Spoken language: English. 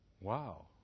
Wow